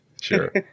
sure